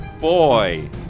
boy